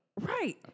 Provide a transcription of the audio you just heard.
Right